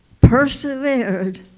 persevered